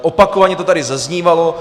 Opakovaně to tady zaznívalo.